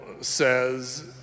says